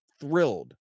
thrilled